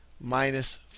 minus